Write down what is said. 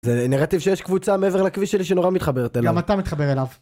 זה נרטיב שיש קבוצה מעבר לכביש שלי שנורא מתחברת אליו. גם אתה מתחבר אליו.